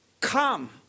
come